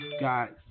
got